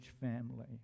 family